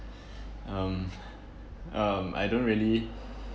um um I don't really